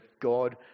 God